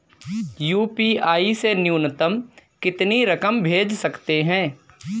UPI से न्यूनतम कितनी रकम भेज सकते हैं?